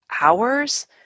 hours